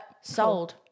Sold